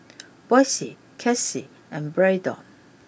Boysie Kelsie and Braedon